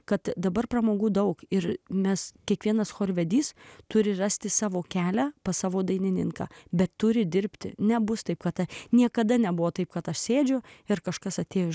kad dabar pramogų daug ir mes kiekvienas chorvedys turi rasti savo kelią pas savo dainininką bet turi dirbti nebus taip kad niekada nebuvo taip kad aš sėdžiu ir kažkas atėjo iš